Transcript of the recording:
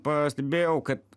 pastebėjau kad